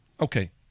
Okay